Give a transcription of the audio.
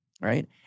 right